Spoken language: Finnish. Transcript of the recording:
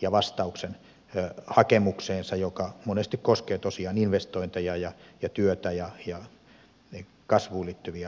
ja vastauksen hakemukseensa joka monesti koskee tosiaan investointeja ja työtä ja kasvuun liittyviä asioita